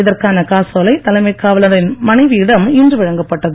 இதற்கான காசோலை தலைமை காவலரின் மனைவியிடம் இன்று வழங்கப்பட்டது